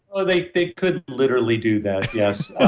oh, they they could literally do that. yes ah